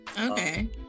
Okay